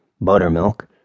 buttermilk